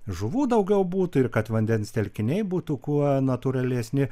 žuvų daugiau būtų ir kad vandens telkiniai būtų kuo natūralesni